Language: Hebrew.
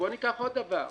בוא ניקח עוד דבר,